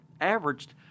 averaged